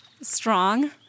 Strong